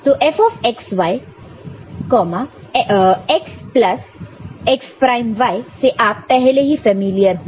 तो Fxy x plus x prime y से आप पहले ही फैमिलियर हो